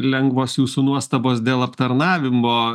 lengvos jūsų nuostabos dėl aptarnavimo